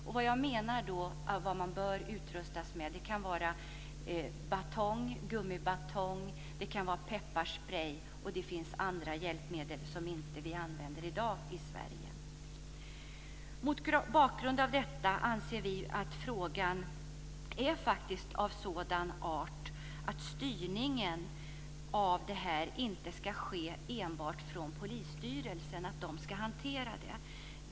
Denna utrustning kan bestå av batong, gummibatong, pepparsprej och andra hjälpmedel som inte används i dag i Sverige. Mot bakgrund av detta anser vi att frågan är av sådan art att styrningen av vilken utrustning som ska tas fram inte ska ske enbart från polisstyrelsen.